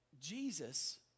Jesus